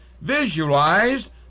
visualized